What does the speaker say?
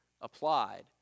applied